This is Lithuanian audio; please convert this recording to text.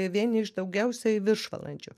vieni iš daugiausiai viršvalandžių